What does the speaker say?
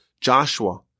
Joshua